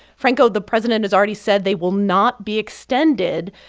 franco, the president has already said they will not be extended.